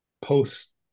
post